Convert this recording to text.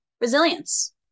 resilience